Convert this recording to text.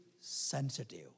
sensitive